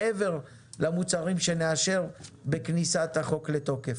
מעבר למוצרים שנאשר בכניסת החוק לתוקף.